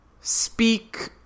speak